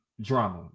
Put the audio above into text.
drama